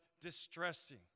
distressing